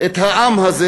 את העם הזה,